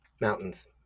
Mountains